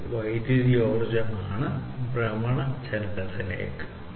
ഇത് വൈദ്യുതോർജ്ജമാണ് ഭ്രമണ ചലനത്തിലേക്ക്